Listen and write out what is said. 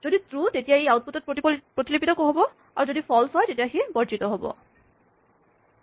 যদি ট্ৰো তেতিয়া ই আউটপুট ত প্ৰতিলিপিত হ'ব ফল্চ হ'লে বৰ্জিত হ'ব